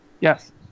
Yes